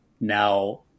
now